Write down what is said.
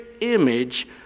image